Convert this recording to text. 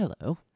Hello